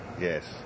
Yes